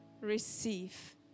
receive